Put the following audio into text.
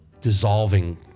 dissolving